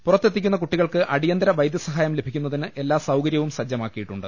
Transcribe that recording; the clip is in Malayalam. പുറത്തെത്തിക്കുന്ന കുട്ടികൾക്ക് അടിയന്തര വൈദ്യ സഹായം ലഭിക്കുന്നതിന് എല്ലാ സൌകര്യവും സജ്ജമാക്കിയിട്ടുണ്ട്